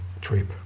trip